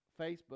Facebook